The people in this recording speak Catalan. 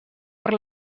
per